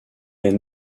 est